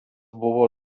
buvo